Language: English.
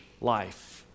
life